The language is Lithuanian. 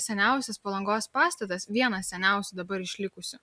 seniausias palangos pastatas vienas seniausių dabar išlikusių